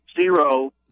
zero